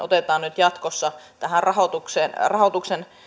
lasketaan nyt jatkossa tähän rahoitukseen